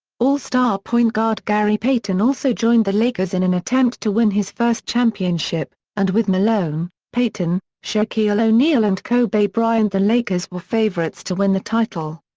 all star point guard gary payton also joined the lakers in an attempt to win his first championship, and with malone, payton, shaquille o'neal and kobe bryant the lakers were favorites to win the title.